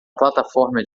plataforma